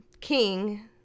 King